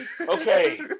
Okay